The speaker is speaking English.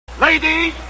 Ladies